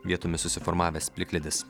vietomis susiformavęs plikledis